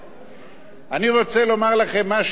אני רוצה לומר לכם משהו באופן אישי,